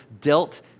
dealt